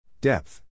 Depth